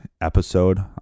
episode